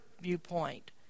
viewpoint